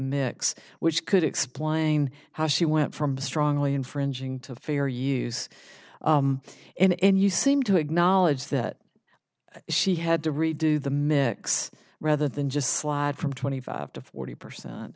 mix which could explain how she went from strongly infringing to fair use and you seem to acknowledge that she had to redo the mix rather than just slide from twenty five to forty percent